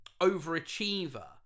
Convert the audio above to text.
overachiever